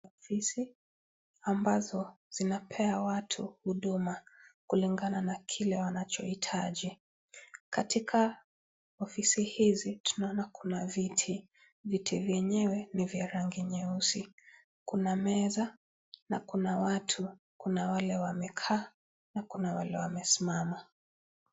Ofisi ambazo zinapea watu huduma kulingana na kile wanachohitaji katika ofisi hizi tunaona kuna viti, viti vyenyewe ni vya rangi nyeusi, kuna meza na kuna watu, kuna wale wamekaa na kuna wale wamesimama.